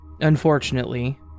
Unfortunately